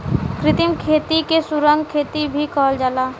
कृत्रिम खेती के सुरंग खेती भी कहल जाला